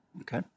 Okay